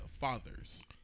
fathers